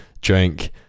drink